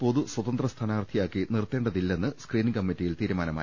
പൊതുസ്വതന്ത്ര സ്ഥാനാർത്ഥിയാക്കി നിർത്തേണ്ടതില്ലെന്ന് സ്ക്രീനിംഗ് കമ്മി റ്റിയിൽ തീരുമാനമായി